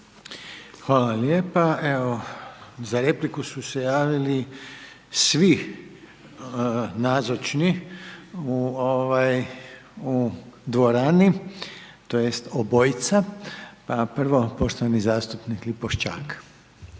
Hvala lijepa, evo za repliku su se javili, svi nazočni u ovaj u dvorani, tj. obojica. Pa prvo poštovani zastupnik Lipovšćak.